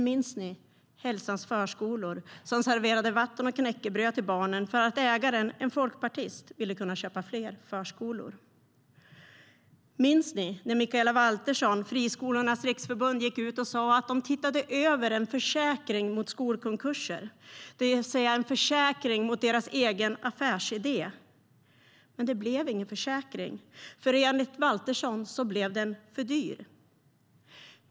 Minns ni Hälsans förskolor, som serverade vatten och knäckebröd till barnen för att ägaren - en folkpartist - ville kunna köpa fler förskolor? Minns ni när Mikaela Valtersson från Friskolornas riksförbund gick ut och sa att man tittade över en försäkring mot skolkonkurser, det vill säga en försäkring mot deras egen affärsidé. Men det blev ingen försäkring, för enligt Valtersson blev den för dyr.